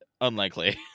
Unlikely